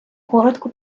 коротко